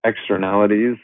externalities